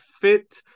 fit